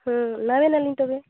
ᱮᱢᱟ ᱵᱮᱱᱟ ᱞᱤᱧ